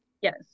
yes